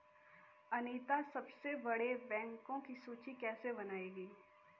अनीता सबसे बड़े बैंकों की सूची कैसे बनायेगी?